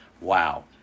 Wow